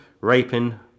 raping